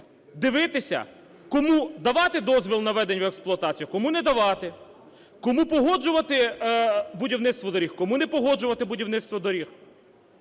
дивитися кому давати дозвіл на введення в експлуатацію, кому не давати, кому погоджувати будівництво доріг, кому не погоджувати будівництво доріг.